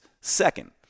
second